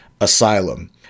asylum